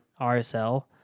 RSL